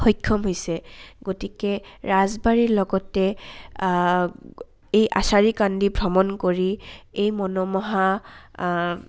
সক্ষম হৈছে গতিকে ৰাজবাৰীৰ লগতে এই আচাৰী কান্ডী ভ্ৰমণ কৰি এই মনোমোহা